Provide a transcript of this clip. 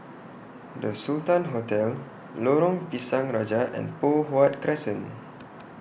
The Sultan Hotel Lorong Pisang Raja and Poh Huat Crescent